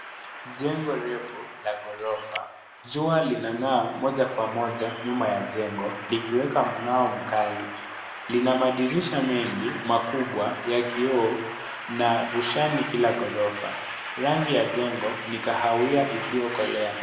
Jengo refu la ghorofa. Jua linang'aa moja kwa moja nyuma ya jengo likiweka mng'ao mkali. Lina madirisha mengi, makubwa ya kioo na roshani kila ghorofa. Rangi ya jengo ni kahawia isiyokolea.